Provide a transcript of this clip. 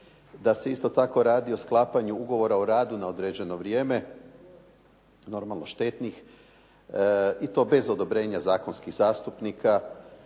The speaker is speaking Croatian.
da se isto tako radi o sklapanju ugovora o radu na određeno vrijeme, normalno štetnih i to bez odobrenja zakonskih zastupnika